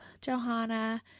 Johanna